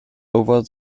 over